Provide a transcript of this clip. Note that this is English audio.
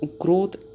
growth